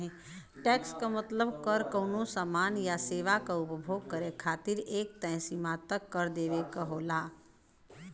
tax क मतलब कर कउनो सामान या सेवा क उपभोग करे खातिर एक तय सीमा तक कर देवे क होला